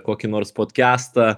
kokį nors podkestą